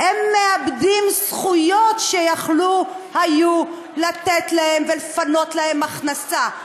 אבל הם מאבדים זכויות שיכלו לתת להם ולפנות להם הכנסה.